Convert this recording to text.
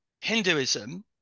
Hinduism